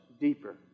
deeper